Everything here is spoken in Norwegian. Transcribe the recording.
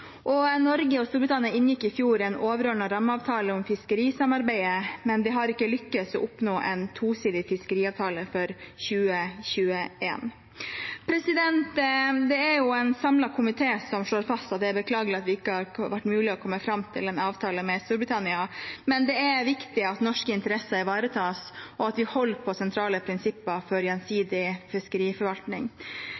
Norge og Storbritannia inngikk i fjor en overordnet rammeavtale om fiskerisamarbeidet, men vi har ikke lyktes i å oppnå en tosidig fiskeriavtale for 2021. Det er en samlet komité som slår fast at det er beklagelig at det ikke har vært mulig å komme fram til en avtale med Storbritannia, men det er viktig at norske interesser ivaretas, og at vi holder på sentrale prinsipper for